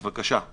בבקשה.